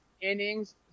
innings